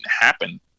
happen